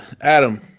Adam